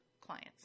clients